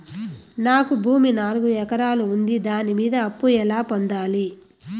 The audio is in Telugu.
నాకు భూమి నాలుగు ఎకరాలు ఉంది దాని మీద అప్పు ఎలా పొందాలి?